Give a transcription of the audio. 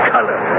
Color